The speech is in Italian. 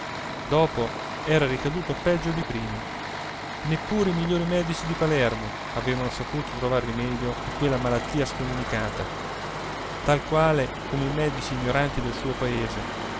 dopo era ricaduto peggio di prima neppure i migliori medici di palermo avevano saputo trovar rimedio a quella malattia scomunicata tal quale come i medici ignoranti del suo paese